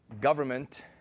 government